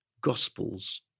gospels